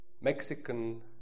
Mexican